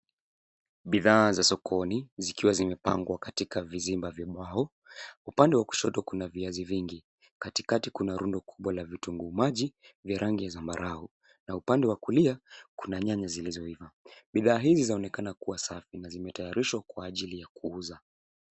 Bidhaa za sokoni zikiwa zimepangwa katika vizimba vya mbao. Upande wa kushoto kuna viazi vingi. Katikati kuna rundo kubwa la vitunguu maji vya rangi ya zambarau na upande wa kulia kuna nyanya zilizoiva. Bidhaa hizi zaonekana kuwa safi na zimetayarishwa kwa ajili ya kuuza.